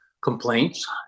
complaints